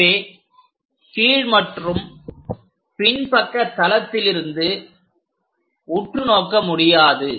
எனவே கீழ் மற்றும் பின்பக்க தளத்திலிருந்து உற்று நோக்க முடியாது